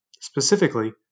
Specifically